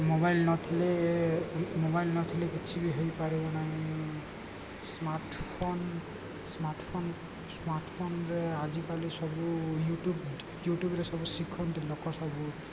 mobile ନଥିଲେ mobile ନଥିଲେ କିଛି ବି ହେଇପାରିବ ନାହିଁ smart phone smart phone smart ଫୋନରେ ଆଜିକାଲି ସବୁ ୟୁ ଟ୍ୟୁବ୍ ୟୁଟ୍ୟୁବ୍ରେ ସବୁ ଶିଖନ୍ତି ଲୋକ ସବୁ